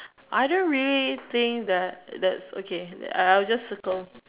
I don't read things that that okay I'll just circle